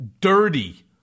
dirty